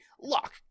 Lock